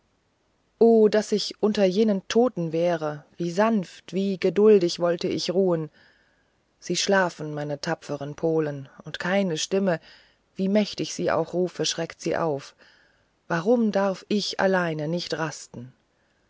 o daß ich unter jenen toten wäre wie sanft wie geduldig wollte ich ruhen sie schlafen meine tapfern polen und keine stimme wie mächtig sie auch rufe schreckt sie auf warum darf ich allein nicht rasten